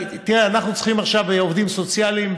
תראה, אנחנו צריכים עכשיו עובדים סוציאליים,